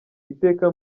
iteka